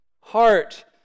heart